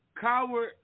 Coward